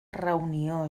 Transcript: reunió